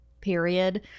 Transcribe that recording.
period